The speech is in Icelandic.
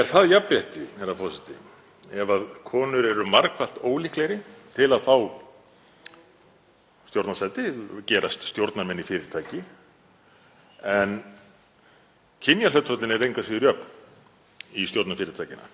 Er það jafnrétti, herra forseti, ef konur eru margfalt ólíklegri til að fá stjórnarsæti, gerast stjórnarmenn í fyrirtæki, en kynjahlutföllin eru engu að síður jöfn í stjórnum fyrirtækjanna?